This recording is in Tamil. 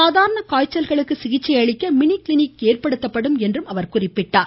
சாதாரண காய்ச்சல்களுக்கு சிகிச்சை அளிக்க மினி கிளினிக் ஏற்படுத்தப்படும் என்றார்